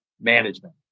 management